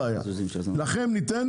אז אתה רואה שכל הזמן יש טריקים